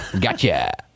gotcha